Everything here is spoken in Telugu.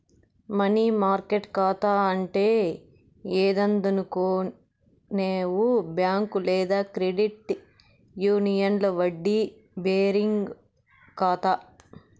మనీ మార్కెట్ కాతా అంటే ఏందనుకునేవు బ్యాంక్ లేదా క్రెడిట్ యూనియన్ల వడ్డీ బేరింగ్ కాతా